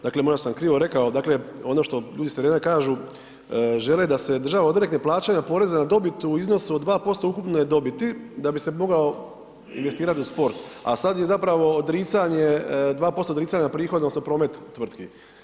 Dakle možda sam krivo rekao, dakle ono što ljudi s terena kažu, žele da se država odrekne plaćanja poreza na dobit u iznosu od 2% ukupne dobiti da bi se mogao investirati u sport, a sad je zapravo odricanje, 2% odricanja prihoda odnosno promet tvrtki.